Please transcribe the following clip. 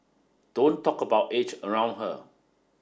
don't talk about age around her